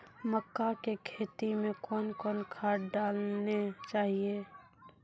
मक्का के खेती मे कौन कौन खाद डालने चाहिए?